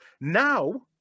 Now